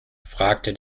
fragte